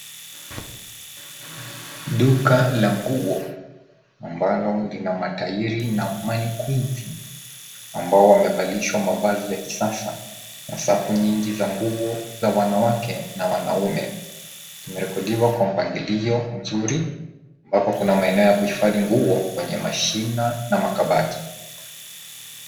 Duka la nguo ambalo lina matairi na manikeni amabazo zimevalishwa mavazi ya kisasa na safu nyingi za nguo za wanawake na wanaume. Imerbekodiwa kwa mpangilio mzuri ambapo kuna hifadhi nguo kwenye mashina na kabati.